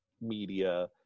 media